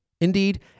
Indeed